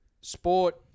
sport